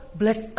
bless